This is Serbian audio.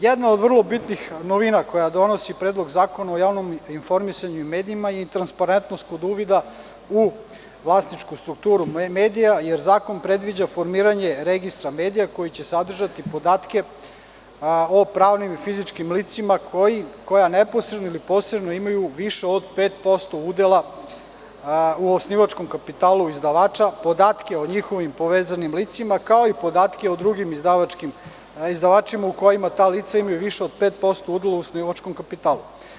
Jedna od vrlo bitnih novina koju donosi Predlog zakona o javnom informisanju i medijima je transparentnost kod uvida u vlasničku strukturu medija, jer zakon predviđa formiranje registra medija koji će sadržati podatke o pravnim i fizičkim licima koja neposredno ili posredno imaju više od 5% udela u osnivačkom kapitalu izdavača, podatke o njihovim povezanim licima, kao i podatke o drugim izdavačima u kojima ta lica imaju više od 5% udela u osnivačkom kapitalu.